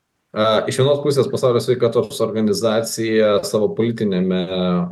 iš vienos pusės pasaulio sveikatos organizacija savo politiniame